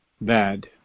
bad